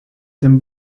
then